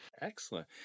excellent